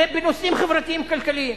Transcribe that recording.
זה בנושאים חברתיים כלכליים.